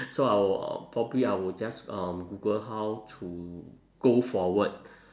so I will probably I will just um google how to go forward